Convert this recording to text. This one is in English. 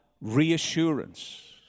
Reassurance